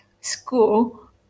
school